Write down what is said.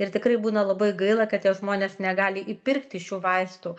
ir tikrai būna labai gaila kad tie žmonės negali įpirkti šių vaistų